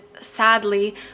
sadly